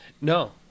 No